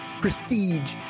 Prestige